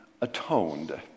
atoned